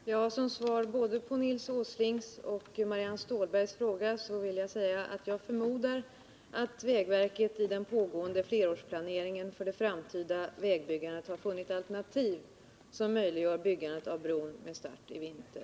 Herr talman! Som svar på både Nils Åslings och Marianne Stålbergs frågor vill jag säga att jag förmodar att vägverket i den pågående flerårsplaneringen för det framtida vägbyggandet har funnit alternativ som möjliggör byggande av bron med start i vinter.